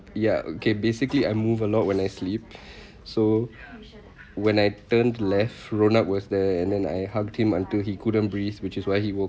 ya okay basically I move a lot when I sleep so when I turned left ronald was there and then I hugged him until he couldn't breathe which is why he